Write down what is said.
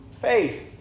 faith